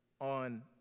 on